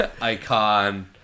icon